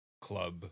club